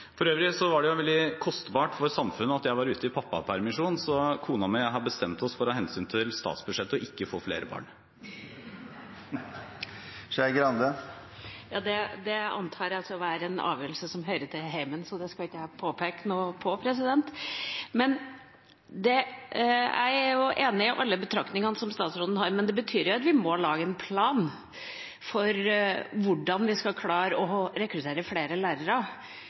For øvrig var det veldig kostbart for samfunnet at jeg var ute i pappapermisjon. Så kona mi og jeg har bestemt oss for av hensyn til statsbudsjettet å ikke få flere barn! Det anser jeg å være en avgjørelse som hører til i hjemmet, så der skal jeg ikke påpeke noe! Jeg er enig i alle betraktningene som statsråden har, men det betyr jo at vi må lage en plan for hvordan vi skal klare å rekruttere flere lærere.